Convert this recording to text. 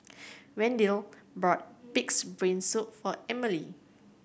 Wendel bought Pig's Brain Soup for Emely